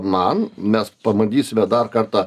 man mes pabandysime dar kartą